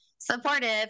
supportive